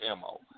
MO